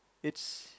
it's